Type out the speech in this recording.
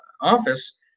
office